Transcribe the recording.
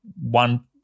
one